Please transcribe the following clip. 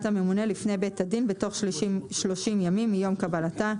הממונה לפי בית דין בתוך שלושים ימים מיום קבלתה.